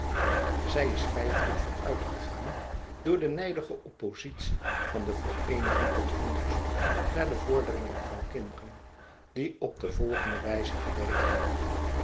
zij is feitelijk vooruitgegaan door de nijdige oppositie van de vereeniging tot onderzoek naar de vorderingen van kinderen die op de volgende wij ze te werk ging